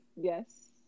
Yes